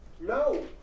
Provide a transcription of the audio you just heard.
No